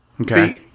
Okay